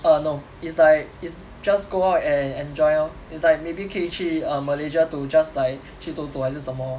err no it's like it's just go out and enjoy lor it's like maybe 可以去 err malaysia to just like 去走走还是什么 lor